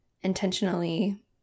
intentionally